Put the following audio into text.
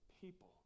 people